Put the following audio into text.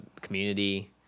Community